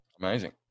Amazing